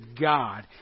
God